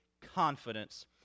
confidence